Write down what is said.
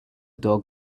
dog